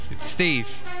Steve